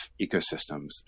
ecosystems